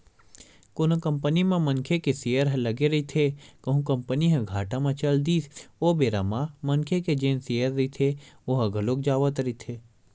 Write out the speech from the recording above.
कोनो कंपनी म मनखे के सेयर ह लगे रहिथे कहूं कंपनी ह घाटा म चल दिस ओ बेरा म मनखे के जेन सेयर रहिथे ओहा घलोक जावत रहिथे